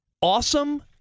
awesome